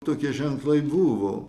tokie ženklai buvo